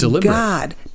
God